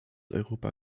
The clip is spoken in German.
europa